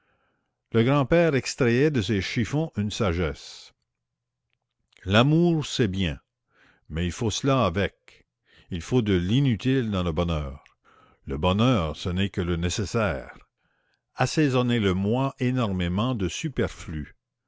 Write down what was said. le grand-père extrayait de ces chiffons une sagesse l'amour c'est bien mais il faut cela avec il faut de l'inutile dans le bonheur le bonheur ce n'est que le nécessaire assaisonnez le moi énormément de superflu